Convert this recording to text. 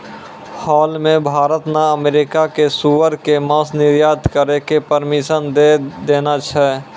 हाल मॅ भारत न अमेरिका कॅ सूअर के मांस निर्यात करै के परमिशन दै देने छै